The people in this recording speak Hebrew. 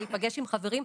להיפגש עם חברים.